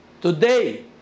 today